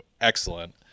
excellent